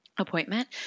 appointment